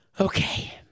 okay